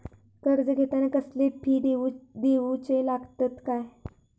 कर्ज घेताना कसले फी दिऊचे लागतत काय?